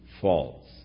False